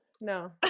No